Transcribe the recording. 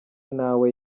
ntawe